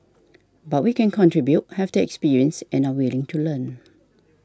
but we can contribute have the experience and are willing to learn